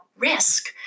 Risk